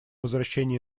возвращения